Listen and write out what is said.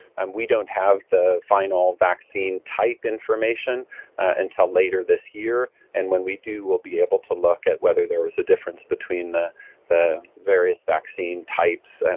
um we don't have the final vaccine type information until later this year, and when we do we'll be able to look at whether there was a difference between the the various vaccine types, and